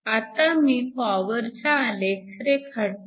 आता मी पॉवरचा आलेख रेखाटतो